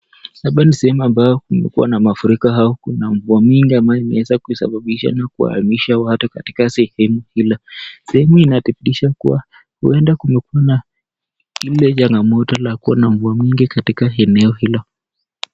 Hapa ni sehemu ambayo kumekuwa na mafuriko au kuna mvua mingi ambayo imeweza kusababisha kuhamisha watu katika sehemu hilo sehemu inadhibitisha kuwa huenda kumekuwa na ile changamoto la kuwa na mvua mingi katika eneo hilo.